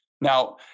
Now